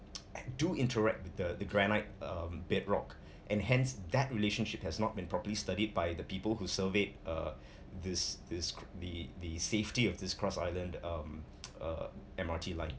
do interact with the the granite uh bedrock and hence that relationship has not been properly studied by the people who surveyed uh this this the the safety of this cross island um um M_R_T line